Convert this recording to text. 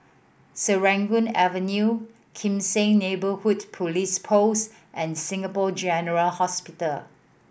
Serangoon Avenue Kim Seng Neighbourhood Police Post and Singapore General Hospital